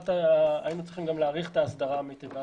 היינו צריכים גם להאריך את ההסדרה המיטיבה